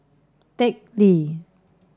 Teck Lee